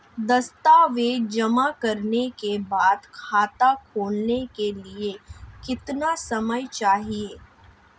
दस्तावेज़ जमा करने के बाद खाता खोलने के लिए कितना समय चाहिए?